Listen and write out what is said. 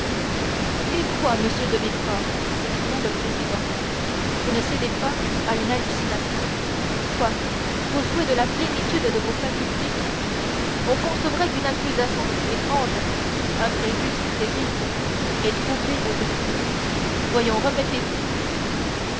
et quoi monsieur de villefort s'écria le président vous ne cédez pas à une hallucination quoi vous jouissez de la plénitude de vos facultés on concevrait qu'une accusation si étrange si imprévue si terrible ait troublé vos esprits voyons remettez-vous